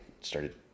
started